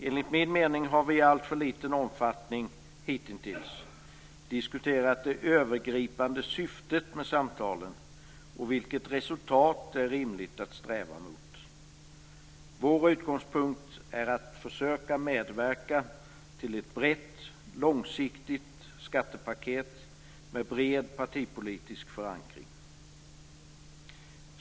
Enligt min mening har vi i alltför liten omfattning hittills diskuterat det övergripande syftet med samtalen och vilket resultat det är rimligt att sträva mot. Vår utgångspunkt är att försöka medverka till ett brett, långsiktigt skattepaket med bred partipolitisk förankring.